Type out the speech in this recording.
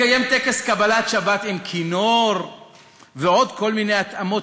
לקיים טקס קבלת שבת עם כינור ועוד כל מיני התאמות